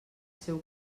seu